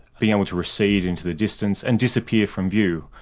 being able to recede into the distance and disappear from view.